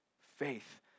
faith